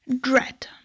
Dread